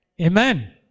Amen